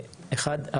אחת,